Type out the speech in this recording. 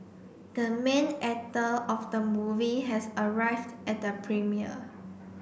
the main actor of the movie has arrived at the premiere